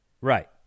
Right